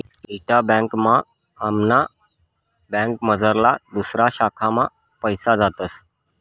इंटा banking मा आमना बँकमझारला दुसऱा शाखा मा पैसा जातस